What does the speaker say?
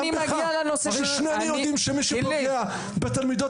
הרי שנינו יודעים שמי שפוגע בתלמידות